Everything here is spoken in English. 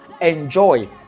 enjoy